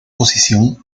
posición